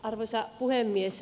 arvoisa puhemies